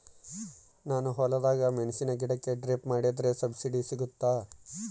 ನಾನು ಹೊಲದಾಗ ಮೆಣಸಿನ ಗಿಡಕ್ಕೆ ಡ್ರಿಪ್ ಮಾಡಿದ್ರೆ ಸಬ್ಸಿಡಿ ಸಿಗುತ್ತಾ?